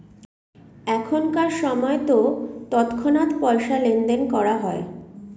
এখনকার সময়তো তৎক্ষণাৎ পয়সা লেনদেন করা হয়